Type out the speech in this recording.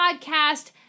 Podcast